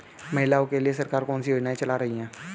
महिलाओं के लिए सरकार कौन सी योजनाएं चला रही है?